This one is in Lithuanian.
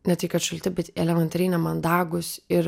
ne tai kad šalti bet elementariai nemandagūs ir